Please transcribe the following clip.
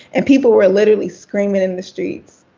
and people were, literally, screaming in the streets.